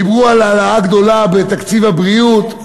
דיברו על העלאה גדולה בתקציב הבריאות,